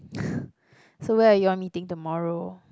so where are you all meeting tomorrow